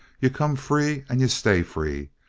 you come free and you stay free.